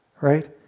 right